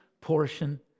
portion